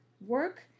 work